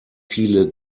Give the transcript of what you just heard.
viele